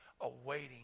awaiting